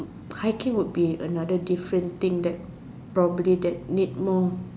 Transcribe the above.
hiking would be another different thing that probably that need more